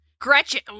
Gretchen